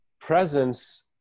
presence